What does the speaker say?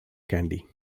candy